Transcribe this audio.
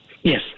Yes